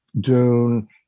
Dune